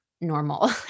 normal